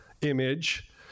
image